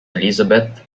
elizabeth